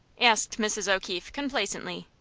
asked mrs. o'keefe, complacently.